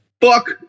Fuck